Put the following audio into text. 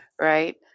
right